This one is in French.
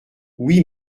oui